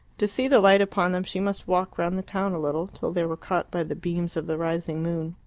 to see the light upon them she must walk round the town a little, till they were caught by the beams of the rising moon.